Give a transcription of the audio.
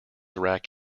rack